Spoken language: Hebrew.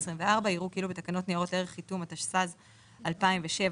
1. תקנות ניירות ערך (חתימה ודיווח אלקטרוני)(הוראת שעה),